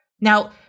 Now